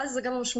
ואז זו גם משמעות.